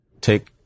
take